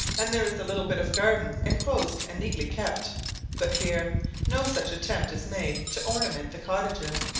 and there is the little bit of garden enclosed and neatly kept but here no such attempt is made to ornament the cottages.